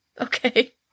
Okay